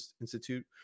Institute